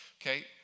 Okay